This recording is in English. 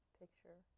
picture